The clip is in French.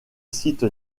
site